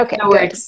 Okay